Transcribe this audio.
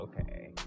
okay